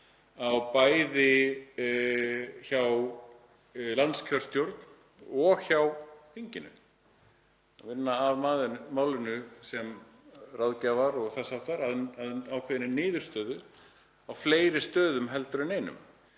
bæði hjá landskjörstjórn og hjá þinginu, unnu að málinu sem ráðgjafar og þess háttar að ákveðinni niðurstöðu á fleiri stöðum en einum.